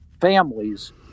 families